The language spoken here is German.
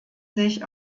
sich